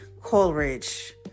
Coleridge